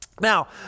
now